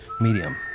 medium